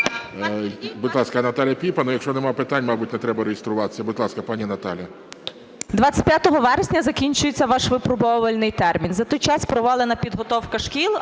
Будь ласка, Наталія Піпа. Ну, якщо немає питань, мабуть, не треба реєструватися. Будь ласка, пані Наталія. 10:49:57 ПІПА Н.Р. 25 вересня закінчується ваш випробувальний термін. За той час провалена підготовка шкіл,